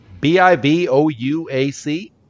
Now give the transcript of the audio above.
B-I-V-O-U-A-C